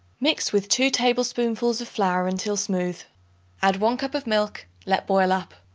mix with two tablespoonfuls of flour until smooth add one cup of milk let boil up.